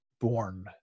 born